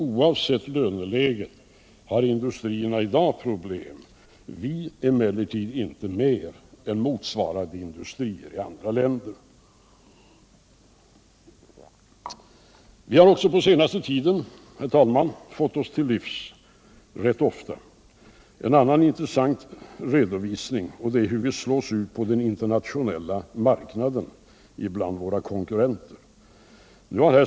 Oavsett löneläget har industrierna i dag problem, men våra industrier inte mer än motsvarande industrier i andra länder. På den senaste tiden har vi också, herr talman, rätt ofta fått oss till livs en annan intressant redovisning, nämligen en redovisning för hur vi slås ut på den internationella marknaden.